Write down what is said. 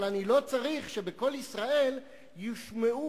אבל אני לא צריך שב"קול ישראל" יושמעו